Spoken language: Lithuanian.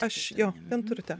aš jo vienturtė